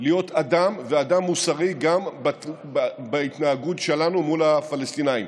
להיות אדם מוסרי גם בהתנהגות שלנו מול הפלסטינים.